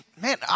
man